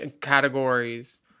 categories